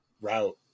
route